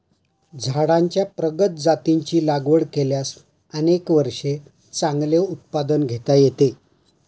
झाडांच्या प्रगत जातींची लागवड केल्यास अनेक वर्षे चांगले उत्पादन घेता येते